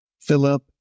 Philip